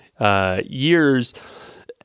years